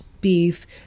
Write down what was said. beef